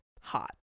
Hot